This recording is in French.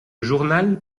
journal